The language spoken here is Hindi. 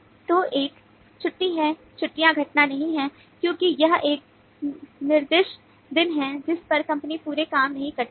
तो एक छुट्टी है छुट्टियां घटना नहीं हैं क्योंकि यह एक निर्दिष्ट दिन है जिस पर कंपनी पूरे काम नहीं करती है